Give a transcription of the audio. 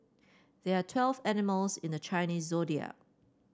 there are twelve animals in the Chinese Zodiac